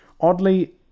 Oddly